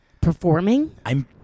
Performing